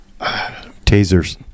Tasers